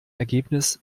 ergebnis